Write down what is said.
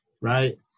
right